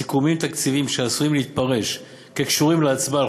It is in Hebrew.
סיכומים תקציביים שעשויים להתפרש כקשורים להצבעה על